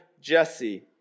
Jesse